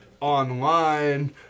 online